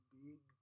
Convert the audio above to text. big